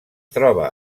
troba